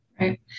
Right